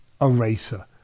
eraser